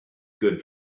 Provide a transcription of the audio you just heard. good